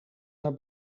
naar